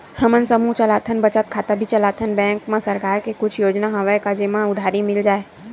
हमन समूह चलाथन बचत खाता भी चलाथन बैंक मा सरकार के कुछ योजना हवय का जेमा उधारी मिल जाय?